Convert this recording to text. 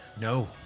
No